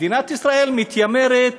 מדינת ישראל מתיימרת